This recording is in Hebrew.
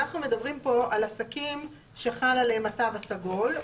אנחנו מדברים פה על העסקים שחל עליהם התו הסגול.